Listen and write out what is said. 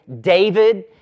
David